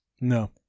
no